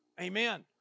Amen